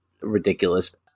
ridiculous